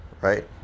Right